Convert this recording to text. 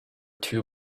two